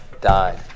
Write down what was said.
Died